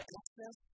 access